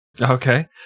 Okay